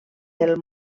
del